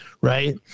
right